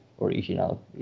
original